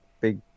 big